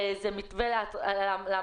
זה מתווה להמרצה.